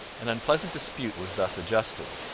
an unpleasant dispute was thus adjusted,